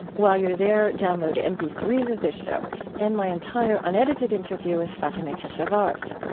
while you're there, download m p three s of this show and my entire unedited interview with fatemeh keshavarz.